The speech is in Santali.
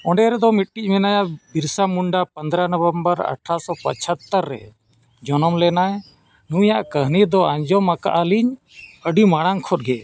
ᱚᱸᱰᱮ ᱨᱮᱫᱚ ᱢᱤᱫᱴᱤᱡ ᱢᱮᱱᱟᱭᱟ ᱵᱤᱨᱥᱟ ᱢᱩᱱᱰᱟ ᱯᱚᱸᱫᱨᱚ ᱱᱚᱵᱷᱮᱢᱵᱚᱨ ᱟᱴᱷᱟᱨᱚᱥᱚ ᱯᱚᱸᱪᱟᱛᱛᱳᱨ ᱨᱮ ᱡᱚᱱᱚᱢ ᱞᱮᱱᱟᱭ ᱱᱩᱭᱟᱜ ᱠᱟᱹᱦᱱᱤ ᱫᱚ ᱟᱸᱡᱚᱢ ᱟᱠᱟᱜ ᱟᱹᱞᱤᱧ ᱟᱹᱰᱤ ᱢᱟᱲᱟᱝ ᱠᱷᱚᱱ ᱜᱮ